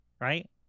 right